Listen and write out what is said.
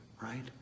right